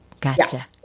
gotcha